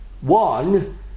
one